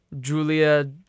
Julia